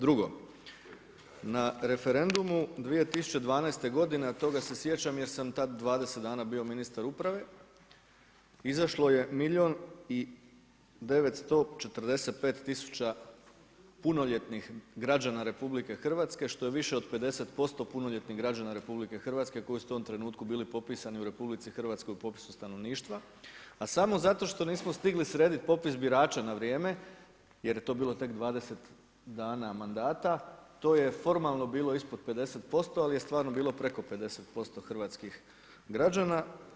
Drugo, na referendumu 2012. godine, a toga se sjećam jer sad tad 20 dana bio ministar uprave, izašlo je milijun i 945 tisuća punoljetnih građana RH što je više od 50% punoljetnih građana RH koji su u tom trenutku bili popisani u RH po popisu stanovništva a samo zato što nismo stigli srediti popis birača na vrijeme jer je to bilo tek 20 dana mandata, to je formalno bilo ispod 50% ali je stvarno bilo preko 50% hrvatskih građana.